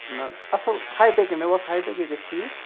نا نا اَصٕل ہاے ٹٮ۪کٕے مےٚ باسان ہاے ٹٮ۪کٕے گَژھِ ٹھیٖک